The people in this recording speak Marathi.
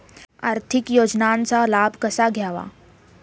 आर्थिक योजनांचा लाभ कसा घ्यावा?